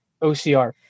OCR